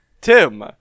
Tim